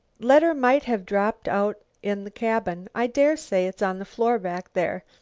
letter might have dropped out in the cabin. i dare say it's on the floor back there.